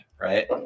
right